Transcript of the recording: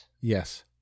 yes